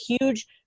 huge